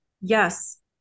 yes